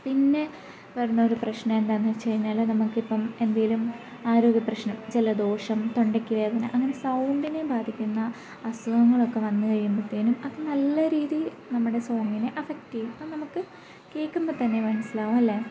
പിന്നെ വരുന്നൊരു പ്രശ്നമെന്താണെന്ന് വച്ചു കഴിഞ്ഞാൽ നമുക്കിപ്പം എന്തെങ്കിലും ആരോഗ്യ പ്രശ്നം ജലദോഷം തൊണ്ടയ്ക്ക് വേദന അങ്ങനെ സൗണ്ടിനെ ബാധിക്കുന്ന അസുഖങ്ങളൊക്കെ വന്ന് കഴിയുമ്പോഴത്തേനും അത് നല്ല രീതി നമ്മുടെ സോങ്ങിനെ അഫ്ഫെക്റ്റ് ചെയ്യും അപ്പം നമുക്ക് കേൾക്കുമ്പോൾ തന്നെ മനസ്സിലാവും അല്ലെ